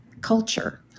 culture